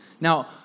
Now